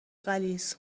غلیظ